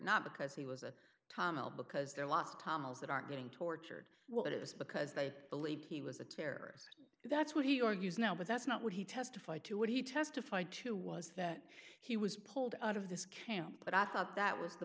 not because he was a tunnel because there are lots of tunnels that aren't being tortured well it is because they believe he was a terrorist that's what he argues now but that's not what he testified to what he testified to was that he was pulled out of this camp but i thought that was the